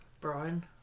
Brian